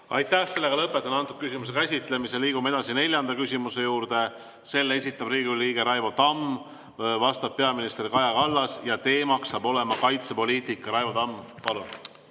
Aitäh! Lõpetan selle küsimuse käsitlemise. Liigume neljanda küsimuse juurde. Selle esitab Riigikogu liige Raivo Tamm, sellele vastab peaminister Kaja Kallas ja teema saab olema kaitsepoliitika. Raivo Tamm,